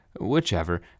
Whichever